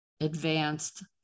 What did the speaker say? advanced